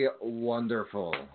wonderful